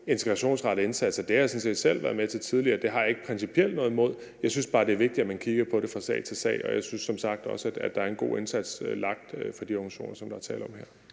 integrationsrettede indsatser har jeg sådan set selv været med til tidligere. Det har jeg ikke principielt noget imod. Jeg synes bare, det er vigtigt, at man kigger på det fra sag til sag, og jeg synes som sagt også, at der er lagt en god indsats for de organisationer, som der er tale om her.